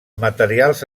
materials